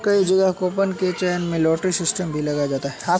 कई जगह कूपन के चयन में लॉटरी सिस्टम भी लगाया जाता है